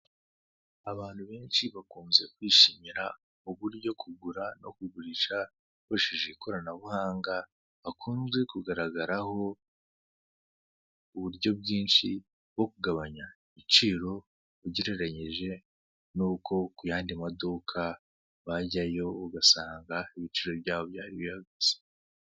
Abantu benshi bakunze kwishimira uburyo bwo kugura no kugurisha ukoresheje ikoranabuhanga, hakunze kugaragaraho uburyo bwinshi bwo kugabanya ibiciro ugereranyi n'uko kuyandi maduka wanjyayo ugasanga ibiciro byaho bihagaze.